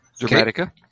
Dramatica